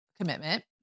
commitment